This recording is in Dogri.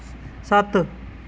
सत्त